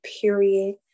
period